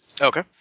Okay